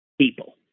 people